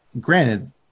Granted